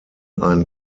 ein